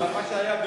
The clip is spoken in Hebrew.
אבל מה שהיה במאי,